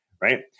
right